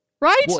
right